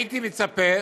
הייתי מצפה,